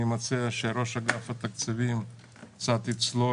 אני מציע שראש אגף התקציבים קצת יצלול